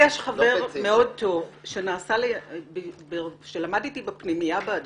לי יש חבר מאוד טוב שלמד איתי בפנימייה בהדסים,